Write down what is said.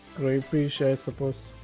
crayfish i suppose